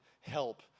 help